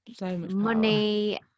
money